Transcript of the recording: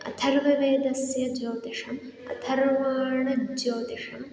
अथर्ववेदस्य ज्योतिषम् अथर्वाणज्योतिषम्